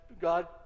God